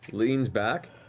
leans back,